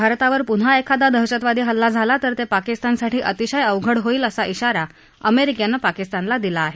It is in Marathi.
भारतावर पुन्हा एखादा दहशतवादी हल्ला झाला तर ते पाकिस्तानसाठी अतिशय अवघड होईल असा इशारा अमेरिकेनं पाकिस्तानला दिला आहे